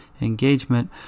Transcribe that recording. engagement